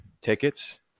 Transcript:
tickets